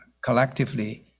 collectively